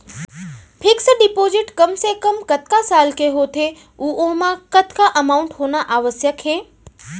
Fix deposit कम से कम कतका साल के होथे ऊ ओमा कतका अमाउंट होना आवश्यक हे?